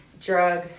drug